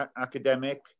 academic